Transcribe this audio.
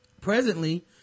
Presently